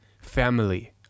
family